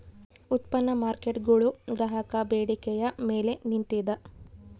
ಉತ್ಪನ್ನ ಮಾರ್ಕೇಟ್ಗುಳು ಗ್ರಾಹಕರ ಬೇಡಿಕೆಯ ಮೇಲೆ ನಿಂತಿದ